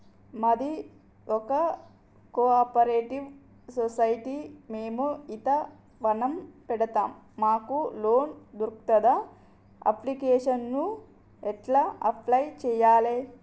మాది ఒక cooperative society మేము ఈత వనం పెడతం మాకు లోన్ దొర్కుతదా? అప్లికేషన్లను ఎట్ల అప్లయ్ చేయాలే?